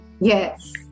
Yes